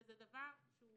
זה דבר שהוא